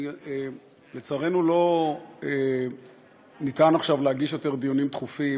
לצערנו אין אפשרות עכשיו להגיש יותר דיונים דחופים,